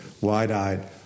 wide-eyed